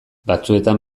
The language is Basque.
batzuetan